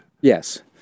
Yes